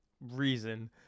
reason